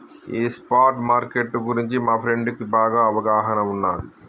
ఈ spot market గురించి మా ఫ్రెండుకి బాగా అవగాహన ఉన్నాది